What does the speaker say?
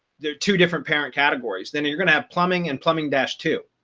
they're two different parent categories, then you're going to have plumbing and plumbing dash two,